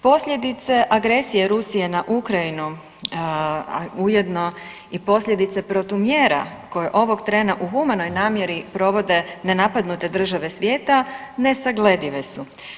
Posljedice agresije Rusije na Ukrajinu, a ujedno i posljedice protumjera koje ovog trena u humanoj namjeri provode nenapadnute države svijeta nesagledive su.